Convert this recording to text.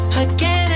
again